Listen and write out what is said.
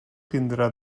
tindrà